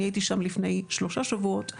אני הייתי שם לפני שלושה שבועות.